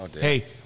hey